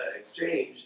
exchange